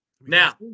Now